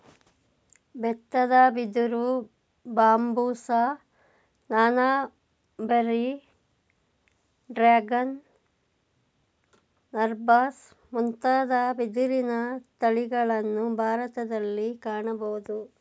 ಬೆತ್ತದ ಬಿದಿರು, ಬಾಂಬುಸ, ನಾನಾ, ಬೆರ್ರಿ, ಡ್ರ್ಯಾಗನ್, ನರ್ಬಾಸ್ ಮುಂತಾದ ಬಿದಿರಿನ ತಳಿಗಳನ್ನು ಭಾರತದಲ್ಲಿ ಕಾಣಬೋದು